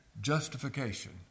justification